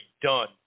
done